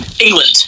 England